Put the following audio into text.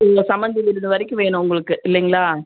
இல்லை சம்மந்தி வீடு வரைக்கும் வேணும் உங்களுக்கு இல்லைங்களா